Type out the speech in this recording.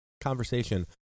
conversation